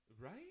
Right